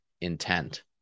intent